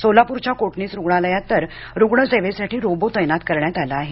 सोलापुर च्या कोटणीस रुग्णालयात तर रुग्ण सेवेसाठी रोबो तैनात करण्यात् आला आहे